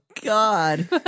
God